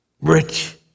rich